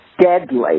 deadly